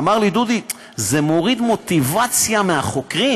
הוא אמר לי: דודי, זה מוריד מוטיבציה מהחוקרים.